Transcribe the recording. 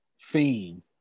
theme